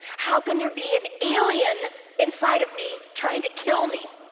how can there be an alien inside of me trying to kill me?